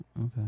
Okay